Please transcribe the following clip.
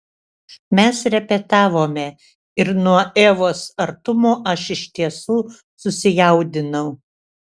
mes repetavome ir nuo evos artumo aš iš tiesų susijaudinau